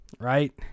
right